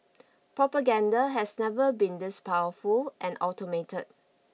propaganda has never been this powerful and automated